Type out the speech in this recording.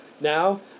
now